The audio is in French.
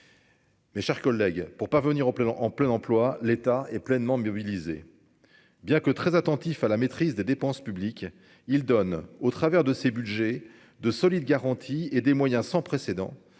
Mes chers collègues pour parvenir au plein, en plein emploi, l'État est pleinement mobilisé, bien que très attentif à la maîtrise des dépenses publiques, il donne au travers de ses Budgets de solides garanties et des moyens sans précédent